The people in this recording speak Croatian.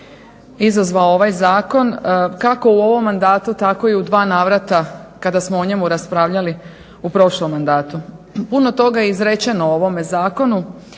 izazvao ovaj zakon, kako u ovom mandatu tako i u dva navrata kada smo o njemu raspravljali u prošlom mandatu. Puno toga je izrečeno u ovome zakonu.